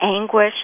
anguish